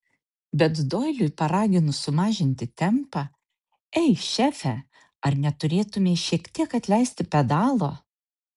bet doiliui paraginus sumažinti tempą ei šefe ar neturėtumei šiek tiek atleisti pedalo